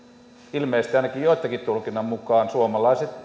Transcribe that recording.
ilmeisesti ainakin joittenkin tulkinnan mukaan suomalaiset sijoittajat